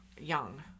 young